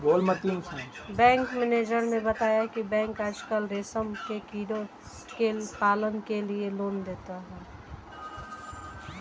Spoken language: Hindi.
बैंक मैनेजर ने बताया की बैंक आजकल रेशम के कीड़ों के पालन के लिए लोन देता है